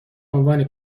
عنوان